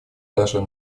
даже